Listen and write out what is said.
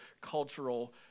cultural